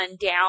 down